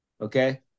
Okay